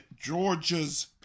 Georgia's